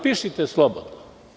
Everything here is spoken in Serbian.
Pišite slobodno.